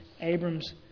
Abram's